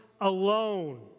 alone